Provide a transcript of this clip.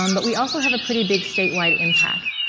um but we also have a pretty big statewide impact.